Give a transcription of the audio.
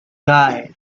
guy